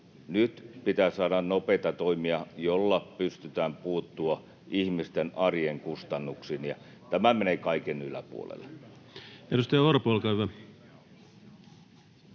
nyt pitää saada nopeita toimia, joilla pystytään puuttumaan ihmisten arjen kustannuksiin. Tämä menee kaiken yläpuolelle.